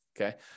okay